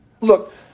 Look